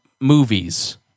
movies